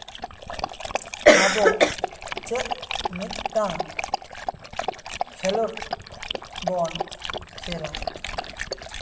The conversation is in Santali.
ᱟᱵᱚ ᱪᱮᱫ ᱢᱤᱫᱴᱟᱝ ᱠᱷᱮᱞᱳᱰ ᱵᱚᱱ ᱠᱷᱮᱞᱟ